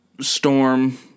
Storm